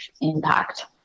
impact